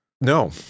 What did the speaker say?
No